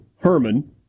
Herman